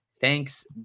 Thanks